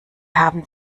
haben